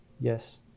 yes